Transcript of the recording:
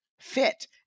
fit